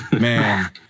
Man